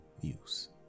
use